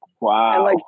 Wow